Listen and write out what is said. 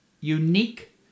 unique